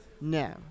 No